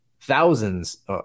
thousands